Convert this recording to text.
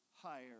higher